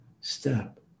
step